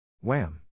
Wham